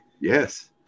Yes